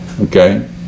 okay